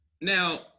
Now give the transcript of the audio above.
now